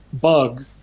bug